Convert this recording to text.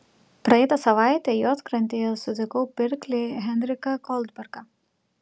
praeitą savaitę juodkrantėje sutikau pirklį henriką goldbergą